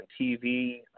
tv